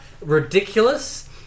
ridiculous